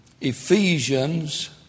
Ephesians